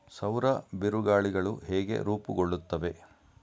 ಸೌರ ಬಿರುಗಾಳಿಗಳು ಹೇಗೆ ರೂಪುಗೊಳ್ಳುತ್ತವೆ?